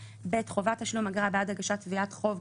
חובת תשלום אגרה בעד הגשת תביעת חוב,